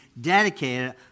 dedicated